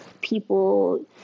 people